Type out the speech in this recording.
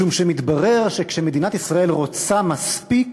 משום שמתברר שכשמדינת ישראל רוצה מספיק